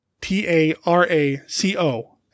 T-A-R-A-C-O